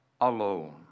alone